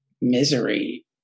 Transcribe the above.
misery